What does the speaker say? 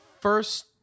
first